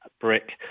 brick